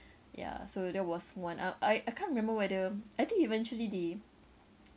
ya so that was one I I I can't remember whether I think eventually the